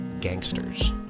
gangsters